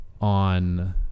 on